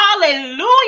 Hallelujah